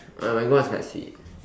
uh mango one is quite sweet